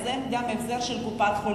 אין גם החזר של קופת-חולים.